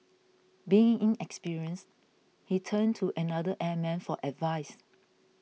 being inexperienced he turned to another airman for advice